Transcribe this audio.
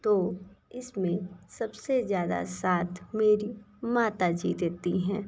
तो इसमें सबसे ज़्यादा साथ मेरी माता जी देती हैं